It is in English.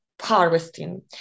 harvesting